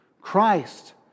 Christ